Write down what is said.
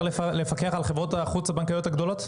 לפקח על חברות החוץ הבנקאיות הגדולות?